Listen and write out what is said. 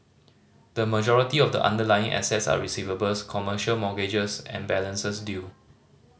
the majority of the underlying assets are receivables commercial mortgages and balances due